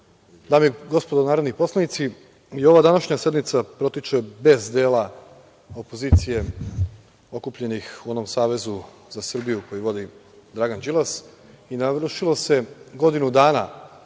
dame i gospodo narodni poslanici, i ova današnja sednica protiče bez dela opozicije okupljenih u onom Savezu za Srbiju koji vodi Dragan Đilas i navršilo se godinu dana